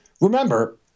Remember